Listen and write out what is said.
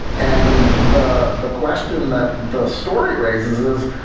and the the question that the story raises is,